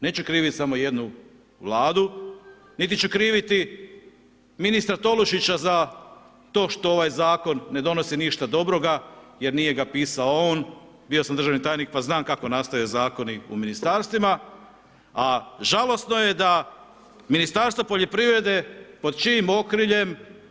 Neću krivit samo jednu vladu, niti ću kriviti ministra Tolušića za to što ovaj Zakon ne donosi ništa dobroga jer nije ga pisao on, bio sam državni tajnik pa znam kako nastaju zakoni u ministarstvima, a žalosno je da Ministarstvo poljoprivrede pod čijim okriljem…